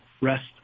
rest